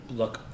look